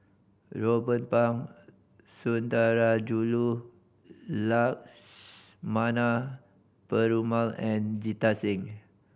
Ruben Pang Sundarajulu Lakshmana Perumal and Jita Singh